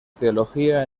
teología